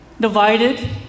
divided